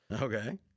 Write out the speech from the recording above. Okay